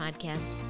podcast